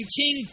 king